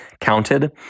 counted